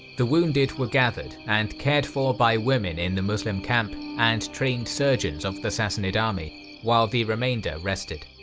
the wounded were gathered and cared for by women in the muslim camp and trained surgeons of the sassanid army while the remainder rested.